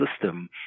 system